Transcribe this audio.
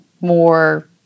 more